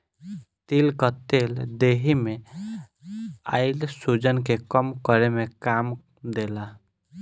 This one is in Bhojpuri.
तिल कअ तेल देहि में आइल सुजन के कम करे में काम देला